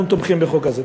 אנחנו תומכים בחוק הזה.